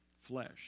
flesh